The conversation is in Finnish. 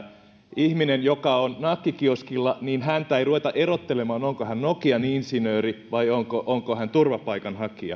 ihmistä joka on nakkikioskilla ei ruveta erottelemaan onko hän nokian insinööri vai onko hän turvapaikanhakija